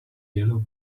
yellow